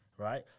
Right